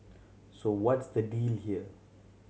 so what's the deal here